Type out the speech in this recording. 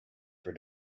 for